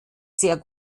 sehr